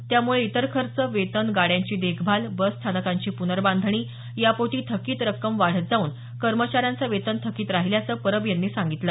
त्यामुळे इतर खर्च वेतन गाड्यांची देखभाल बसस्थानकांची प्नर्बांधणी यापोटी थकीत रक्कम वाढत जाऊन कर्मचाऱ्यांचं वेतन थकीत राहिल्याचं परब यांनी सांगितलं